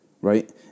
right